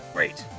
Great